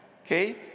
okay